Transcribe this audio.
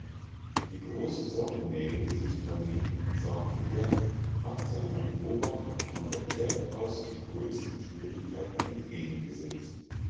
die große sonnennähe dieses planeten sagte er hat seiner beobachtung von der erde aus die größten schwierigkeiten entgegengesetzt